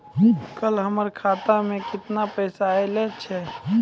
कल हमर खाता मैं केतना पैसा आइल छै?